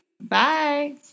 Bye